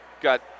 Got